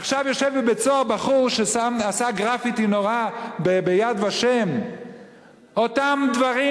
עכשיו יושב בבית-סוהר בחור שעשה גרפיטי נורא ב"יד ושם"; אותם דברים,